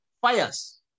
fires